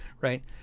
Right